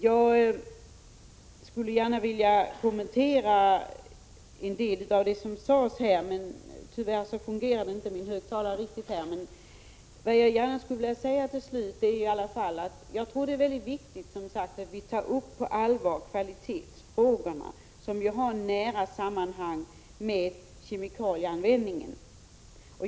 Jag skulle gärna vilja kommentera en del av det som sagts här — tyvärr fungerade inte min högtalare riktigt förut. Jag tror att det är viktigt att vi på allvar tar upp kvalitetsfrågorna, som har nära sammanhang med kemikalieanvändningen.